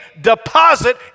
deposit